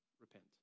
repent